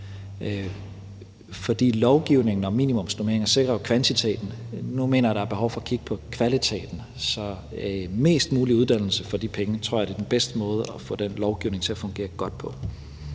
For lovgivningen om minimumsnormeringer sikrer jo kvantiteten; nu mener jeg, at der er behov for at kigge på kvaliteten. Så lad os få mest mulig uddannelse for de penge – det tror jeg er den bedste måde at få den lovgivning til at fungere godt på.